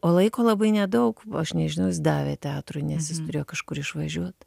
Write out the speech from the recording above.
o laiko labai nedaug aš nežinau jis davė teatrui nes jis turėjo kažkur išvažiuot